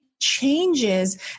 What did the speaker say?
changes